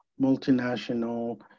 multinational